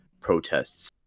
protests